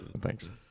Thanks